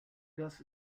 das